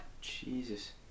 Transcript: jesus